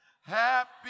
Happy